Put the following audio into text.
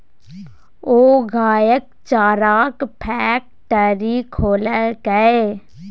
ओ गायक चाराक फैकटरी खोललकै